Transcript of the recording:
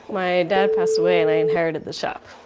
my dad passed away and i inherited the shop.